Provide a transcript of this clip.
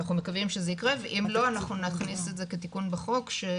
אנחנו מקווים שזה יקרה ואם לא אנחנו נכניס את זה כתיקון בחוק שיחייב,